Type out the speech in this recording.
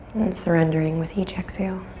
and surrendering with each exhale.